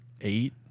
eight